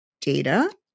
data